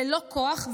ללא כוח,